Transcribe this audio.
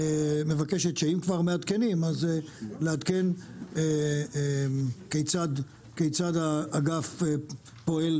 מבקשת שאם כבר מעדכנים אז לעדכן כיצד האגף פועל